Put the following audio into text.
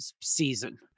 season